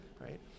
right